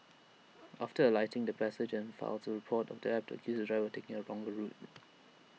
after alighting the passenger then files A report the app to accuse the driver taking A longer route